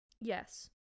Yes